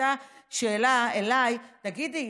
הייתה שאלה אליי: תגידי,